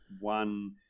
one